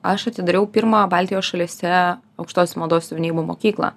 aš atidariau pirmą baltijos šalyse aukštosios mados siuvinėjimo mokyklą